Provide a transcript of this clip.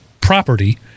property